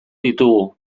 ditugu